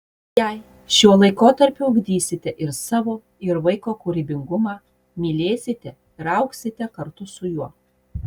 jei šiuo laikotarpiu ugdysite ir savo ir vaiko kūrybingumą mylėsite ir augsite kartu su juo